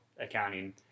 accounting